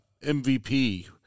MVP